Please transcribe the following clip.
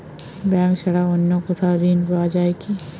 Bank ছাড়া অন্য কোথাও ঋণ পাওয়া যায় কি?